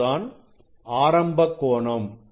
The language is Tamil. இதுதான் ஆரம்ப கோணம்